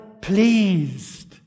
pleased